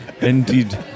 Indeed